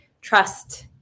trust